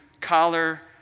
collar